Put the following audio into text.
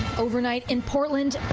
overnight in portland,